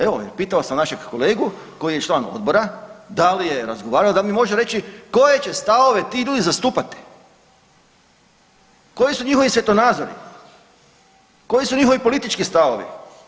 Evo, pitao sam našeg kolegu koji je član odbora da li je razgovarao, da li mi može reći koje će stavove ti ljudi zastupati, koji su njihovi svjetonazori, koji su njihovi politički stavovi.